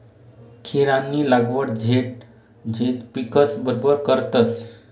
खीरानी लागवड झैद पिकस बरोबर करतस